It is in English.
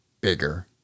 bigger